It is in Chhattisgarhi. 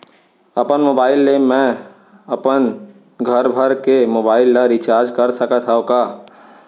अपन मोबाइल ले मैं अपन घरभर के मोबाइल ला रिचार्ज कर सकत हव का?